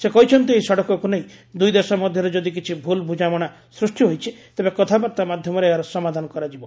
ସେ କହିଛନ୍ତି ଏହି ସଡ଼କକୁ ନେଇ ଦୁଇ ଦେଶ ମଧ୍ୟରେ ଯଦି କିଛି ଭୁଲ ବୁଝାମଣା ସୃଷ୍ଟି ହୋଇଛି ତେବେ କଥାବାର୍ତ୍ତା ମାଧ୍ୟମରେ ଏହାର ସମାଧାନ କରାଯିବ